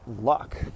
luck